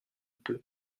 peu